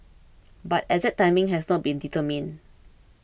but exact timing has not been determined